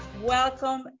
welcome